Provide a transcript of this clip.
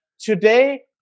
today